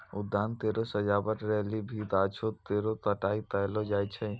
उद्यान केरो सजावट लेलि भी गाछो केरो छटाई कयलो जाय छै